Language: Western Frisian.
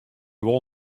wol